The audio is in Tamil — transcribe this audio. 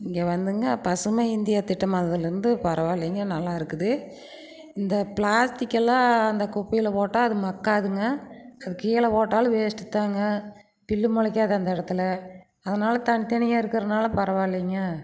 இங்கெ வந்துங்க பசுமை இந்தியா திட்டம் அதிலேர்ந்து பரவாயில்லைங்க நல்லாயிருக்குது இந்த பிளாஸ்டிக் எல்லாம் அந்த குப்பையில் போட்டால் அது மக்காதுங்க அது கீழே போட்டாலும் வேஸ்ட் தாங்க புல்லு முளைக்காது அந்த இடத்துல அதனால் தனித்தனியாக இருக்கிறனால பரவாயில்லைங்க